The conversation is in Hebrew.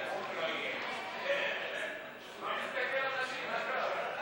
אנחנו נצטרך להצביע גם על ההצעה שלך,